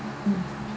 mm